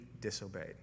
disobeyed